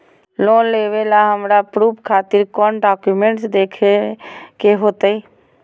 Loan लेबे ला हमरा प्रूफ खातिर कौन डॉक्यूमेंट देखबे के होतई?